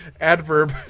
adverb